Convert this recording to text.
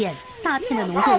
you know